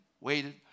waited